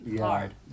hard